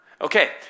Okay